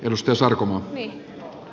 arvoisa puhemies